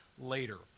later